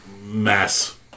mass